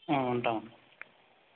ఉంటాం